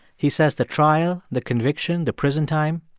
he says the trial, the conviction, the prison time,